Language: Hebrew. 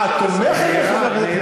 לא, אני, אה, את תומכת בחבר הכנסת ילין.